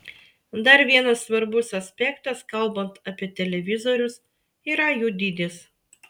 dar vienas svarbus aspektas kalbant apie televizorius yra jų dydis